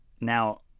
Now